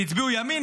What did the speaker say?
שהצביעו ימין,